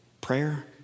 Prayer